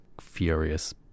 furious